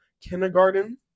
kindergarten